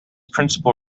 principal